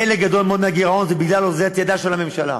חלק גדול מאוד מהגירעון זה בגלל אוזלת ידה של הממשלה,